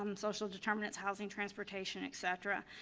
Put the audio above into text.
um social determinants, housing transportation, et cetera.